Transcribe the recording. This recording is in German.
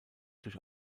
durch